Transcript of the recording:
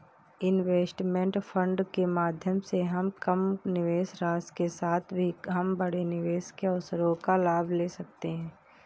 investment fund के माध्यम से हम कम निवेश राशि के साथ भी हम बड़े निवेश के अवसरों का लाभ ले सकते हैं